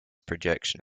projection